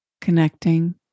connecting